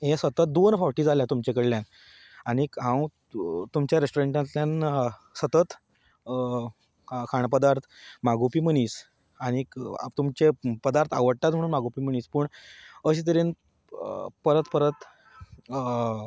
हें सतत दोन फावटी जालें तुमचें कडल्यान आनी हांव तुमच्या रेस्टोरेंटांतल्यान सतत खाण पदार्त मागोवपी मनीस आनी तुमचे पदार्त आवडटात म्हूण मागोवपी मनीस पूण अशे तरेन परत परत